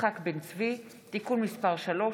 יצחק בן-צבי (תיקון מס' 3),